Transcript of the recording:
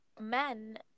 men